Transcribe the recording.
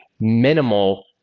minimal